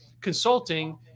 consulting